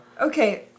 okay